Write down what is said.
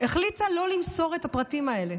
החליטה לא למסור את הפרטים האלה